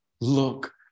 look